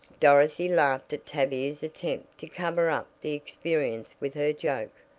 dorothy laughed at tavia's attempt to cover up the experience with her joke.